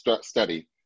study